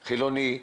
חילוני,